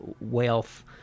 wealth